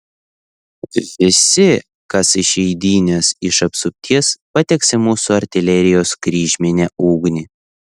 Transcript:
visi kas išeidinės iš apsupties pateks į mūsų artilerijos kryžminę ugnį